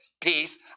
peace